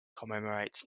commemorates